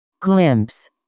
glimpse